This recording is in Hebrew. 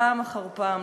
פעם אחר פעם,